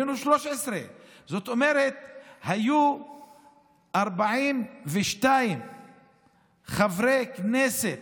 היינו 13. זאת אומרת שהיו 42 חברי כנסת